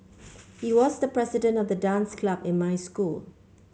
he was the president of the dance club in my school